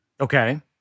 Okay